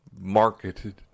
marketed